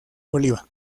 oliva